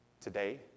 today